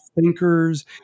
thinkers